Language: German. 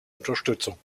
unterstützung